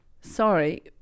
Sorry